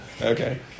Okay